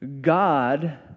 God